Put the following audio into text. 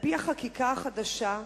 על-פי החקיקה החדשה,